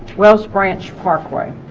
wells branch parkway